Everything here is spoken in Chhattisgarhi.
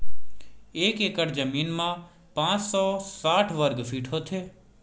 एक एकड़ जमीन मा पांच सौ साठ वर्ग फीट होथे